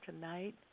tonight